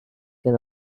can